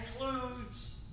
includes